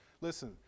Listen